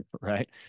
Right